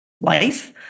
life